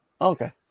Okay